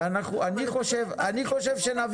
ואני חושב שנביא --- אבל אדוני היושב-ראש,